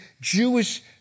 Jewish